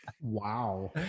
Wow